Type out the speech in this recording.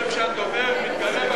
מתגרה,